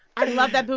i love that movie,